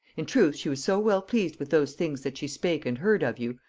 in truth she was so well pleased with those things that she spake and heard of you,